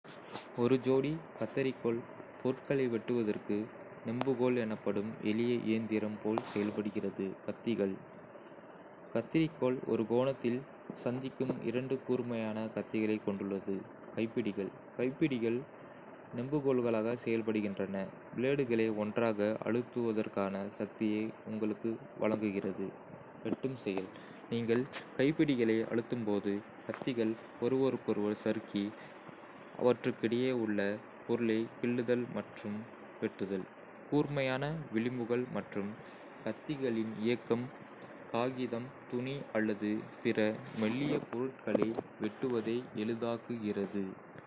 ஒரு ஜோடி கத்தரிக்கோல் பொருட்களை வெட்டுவதற்கு நெம்புகோல் எனப்படும் எளிய இயந்திரம் போல் செயல்படுகிறது. கத்திகள் கத்தரிக்கோல் ஒரு கோணத்தில் சந்திக்கும் இரண்டு கூர்மையான கத்திகளைக் கொண்டுள்ளது. கைப்பிடிகள் கைப்பிடிகள் நெம்புகோல்களாக செயல்படுகின்றன, பிளேடுகளை ஒன்றாக அழுத்துவதற்கான சக்தியை உங்களுக்கு வழங்குகிறது. வெட்டும் செயல் நீங்கள் கைப்பிடிகளை அழுத்தும் போது, கத்திகள் ஒருவருக்கொருவர் சறுக்கி, அவற்றுக்கிடையே உள்ள பொருளை கிள்ளுதல் மற்றும் வெட்டுதல். கூர்மையான விளிம்புகள் மற்றும் கத்திகளின் இயக்கம் காகிதம், துணி அல்லது பிற மெல்லிய பொருட்களை வெட்டுவதை எளிதாக்குகிறது!